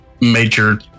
major